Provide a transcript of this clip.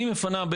אני מפנה.